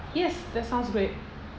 yes that sounds great